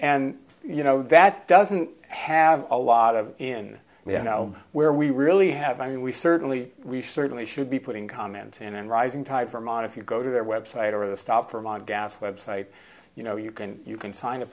and you know that doesn't have a lot of in you know where we really have i mean we certainly we certainly should be putting comments in and rising tide from on if you go to their website or the stop from on gas website you know you can you can sign a